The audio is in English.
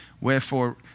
Wherefore